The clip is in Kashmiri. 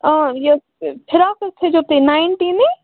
آ فِراک حظ تھٲیزیو تُہۍ نایِنٹیٖنٕے